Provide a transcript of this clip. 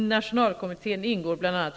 I nationalkommittén ingår bl.a.